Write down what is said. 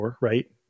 right